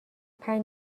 پنج